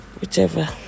whichever